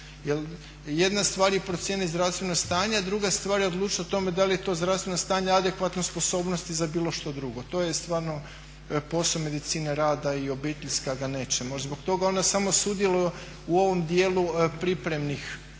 Jer jedna stvar je procijeniti zdravstveno stanje a druga stvar je odlučiti o tome da li je to zdravstveno stanje adekvatno sposobnosti za bilo što drugo. To je stvarno posao medicine rada i obiteljska ga neće moći. Zbog toga ona samo sudjeluje u ovom dijelu pripremnih nalaza,